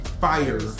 Fire